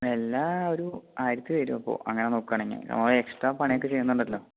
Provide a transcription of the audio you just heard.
എല്ലാ ഒരു ആയിരത്തിൽ വരുമപ്പോൾ അങ്ങനെ നോക്കുകയാണെങ്കിൽ അവൻ എക്സ്ട്രാ പണിയൊക്കെ ചെയ്യുന്നുണ്ടല്ലോ